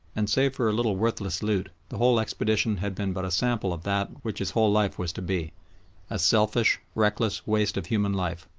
and save for a little worthless loot the whole expedition had been but a sample of that which his whole life was to be a selfish, reckless waste of human life,